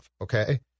okay